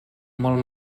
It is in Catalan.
molt